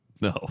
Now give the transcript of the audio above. No